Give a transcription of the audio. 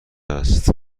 است